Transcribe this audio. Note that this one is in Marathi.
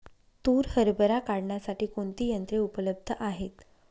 तूर हरभरा काढण्यासाठी कोणती यंत्रे उपलब्ध आहेत?